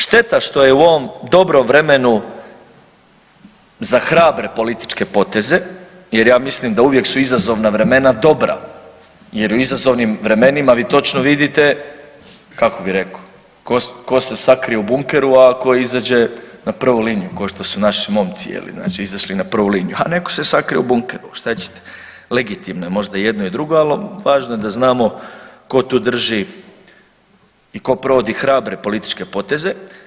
Šteta što je u ovom dobrom vremenu za hrabre političke poteze jer ja mislim da uvijek su izazovna vremena dobra jer u izazovnim vremenima vi točno vidite, kako bi rekao, ko se sakrije u bunkeru, a ko izađe na prvu liniju ko što su naši momci je li izašli na prvu liniju, a neko se sakrio u bunkeru šta ćete, legitimno je možda i jedno i drugo, ali važno je da znamo ko tu drži i ko provodi hrabre političke poteze.